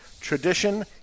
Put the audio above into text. tradition